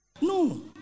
No